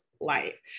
life